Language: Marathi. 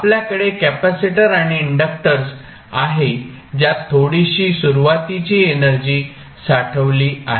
आपल्याकडे कॅपेसिटर आणि इंडक्टर्स आहे ज्यात थोडीशी सुरुवातीची एनर्जी साठवली आहे